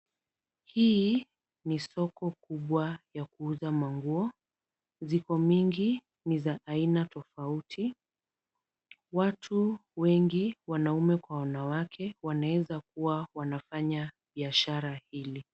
Hii ni soko kubwa ya kuuza manguo. Ziko mingi ni za aina tofauti. Watu wengi, wanaume kwa wanawake wanaweza kuwa wanafanya biashara hili.